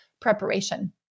preparation